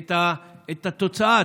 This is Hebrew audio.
את התוצאה,